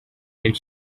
and